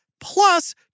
plus